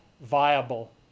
viable